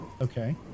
Okay